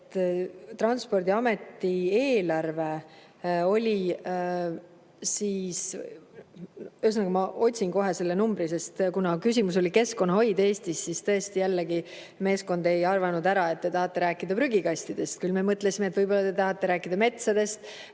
et Transpordiameti eelarve oli ... Ühesõnaga, ma otsin kohe selle numbri üles. Kuna küsimus oli "Keskkonnahoid Eestis", siis tõesti meeskond ei arvanud ära, et te tahate rääkida prügikastidest. Me mõtlesime, et võib-olla te tahate rääkida metsadest,